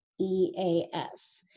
E-A-S